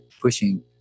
pushing